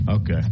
Okay